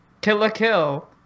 kill-a-kill